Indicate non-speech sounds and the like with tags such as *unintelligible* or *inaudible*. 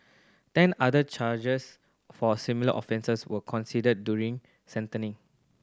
ten other charges for similar offences were considered during *unintelligible*